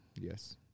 Yes